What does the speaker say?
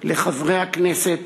לחברי הכנסת,